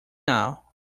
now